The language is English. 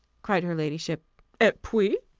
cried her ladyship et puis?